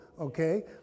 Okay